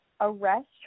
arrest